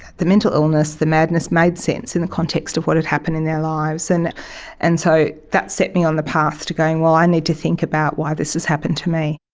the mental illness, the madness made sense in the context of what had happened in their lives. and and so that set me on the path to going, well, i need to think about why this has happened to me.